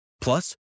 Plus